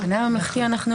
המחנה הממלכתי לא